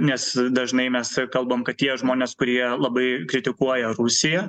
nes dažnai mes kalbam kad tie žmonės kurie labai kritikuoja rusiją